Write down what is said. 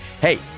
Hey